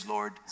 Lord